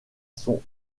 son